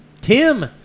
Tim